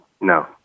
No